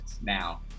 now